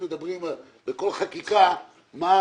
בכל חקיקה אנחנו אומרים מה